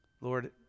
Lord